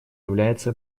является